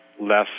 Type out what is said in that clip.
less